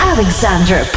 Alexander